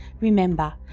Remember